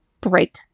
break